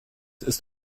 ist